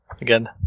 again